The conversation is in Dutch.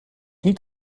niet